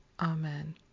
Amen